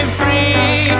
free